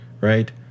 right